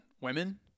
women